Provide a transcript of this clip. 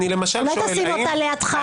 אני למשל שואל -- אולי תשים אותה לידך,